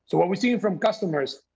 so what we see from customers,